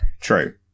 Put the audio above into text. True